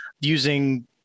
using